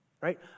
Right